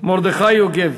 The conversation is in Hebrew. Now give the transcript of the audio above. מרדכי יוגב.